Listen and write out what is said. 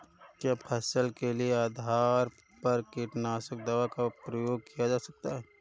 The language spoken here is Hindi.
क्या फसल के आधार पर कीटनाशक दवा का प्रयोग किया जाता है?